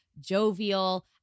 jovial